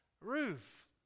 roof